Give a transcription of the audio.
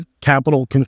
capital